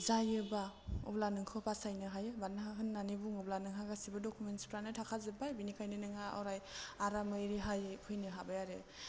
जायोबा अब्ला नोंखौ बासायनो हायो मानो हा होन्नानै बुङोब्ला नोंहा गासिबो डकमेन्सफ्रानो थाखाजोब्बाय बिनिखायनो नोंहा अराय आरामै रिहायै फैनो हाबाय आरो